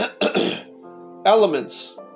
elements